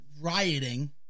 rioting